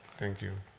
thank you